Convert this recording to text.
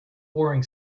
warring